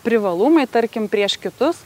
privalumai tarkim prieš kitus